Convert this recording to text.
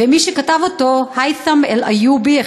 ומי שכתב אותו: הייתם אל-איובי,